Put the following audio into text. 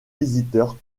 visiteurs